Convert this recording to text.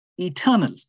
eternal